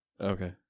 Okay